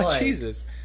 jesus